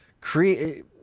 create